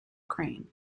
crane